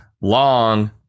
Long